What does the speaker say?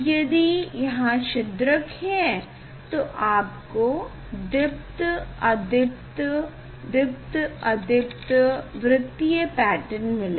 यदि ये यहाँ छिद्र्क है तो आपको दीप्त अदीप्त दीप्त अदीप्त वृत्तीय पैटर्न मिलेगा